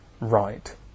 right